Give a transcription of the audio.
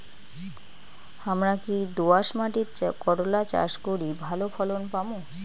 হামরা কি দোয়াস মাতিট করলা চাষ করি ভালো ফলন পামু?